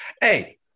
hey